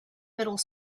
middle